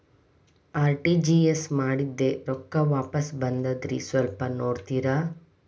RTGS ಮಾಡಿದ್ದೆ ರೊಕ್ಕ ವಾಪಸ್ ಬಂದದ್ರಿ ಸ್ವಲ್ಪ ನೋಡ್ತೇರ?